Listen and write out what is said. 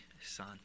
son